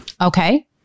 okay